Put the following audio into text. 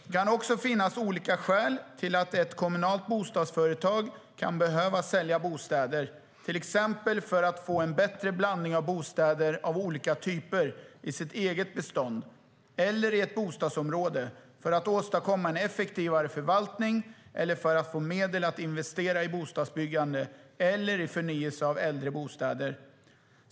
Det kan också finnas olika skäl till att ett kommunalt bostadsföretag kan behöva sälja bostäder, till exempel för att få en bättre blandning av bostäder av olika typer i sitt eget bestånd eller i ett bostadsområde, för att åstadkomma en effektivare förvaltning eller för att få medel att investera i bostadsbyggande eller i förnyelse av äldre bostäder.